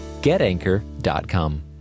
getanchor.com